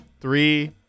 Three